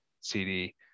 cd